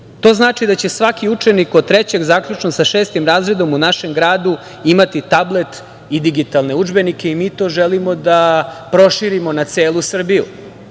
To znači da će svaki učenik od trećeg, zaključno sa šestim razredom, u našem gradu imati tablet i digitalne udžbenike i mi to želimo da prošimo na celu Srbiju. Znači,